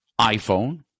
iPhone